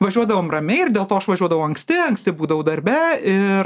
važiuodavome ramiai ir dėl to aš važiuodavau anksti anksti būdavau darbe ir